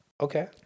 Okay